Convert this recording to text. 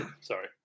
Sorry